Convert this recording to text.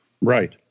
Right